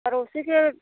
पड़ोसी के